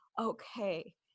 okay